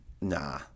nah